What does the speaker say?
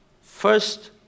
First